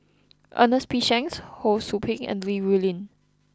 Ernest P Shanks Ho Sou Ping and Li Rulin